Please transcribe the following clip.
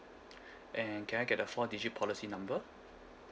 and can I get the four digit policy number